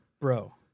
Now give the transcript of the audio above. Bro